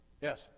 Yes